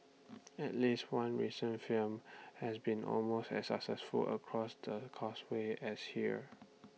at least one recent film has been almost as successful across the causeway as here